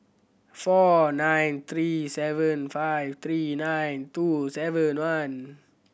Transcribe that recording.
four nine three seven five three nine two seven one